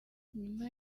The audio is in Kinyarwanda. nyuma